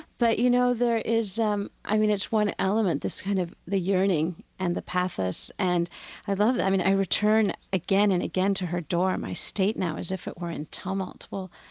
but, you know, there is um i mean, it's one element, this kind of the yearning and the pathos and i love that. i mean, i return again and again to her door, my state now as if were in tumult well,